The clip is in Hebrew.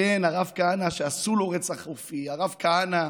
כן, הרב כהנא, שעשו לו רצח אופי, הרב כהנא,